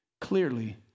clearly